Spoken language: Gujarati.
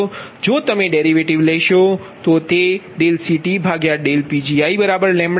જો તમે ડેરિવેટિવ લેશો તો તે ∂CTPgiλ for i12